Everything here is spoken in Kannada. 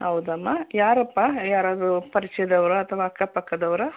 ಹೌದಮ್ಮ ಯಾರಪ್ಪ ಯಾರಾದರು ಪರಿಚಯದವ್ರೇ ಅಥವಾ ಅಕ್ಕಪಕ್ಕದವ್ರೇ